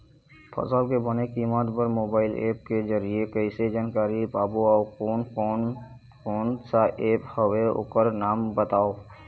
फसल के बने कीमत बर मोबाइल ऐप के जरिए कैसे जानकारी पाबो अउ कोन कौन कोन सा ऐप हवे ओकर नाम बताव?